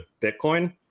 Bitcoin